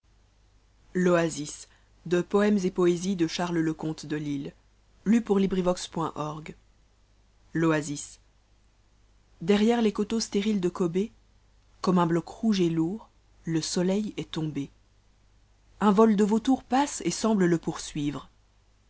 l'oasis derrière les coteaux stériles de kobbé comme un bloc rouge et lourd le soleil est tombe un vol de vautours passe et semble le poursuivre